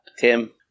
Tim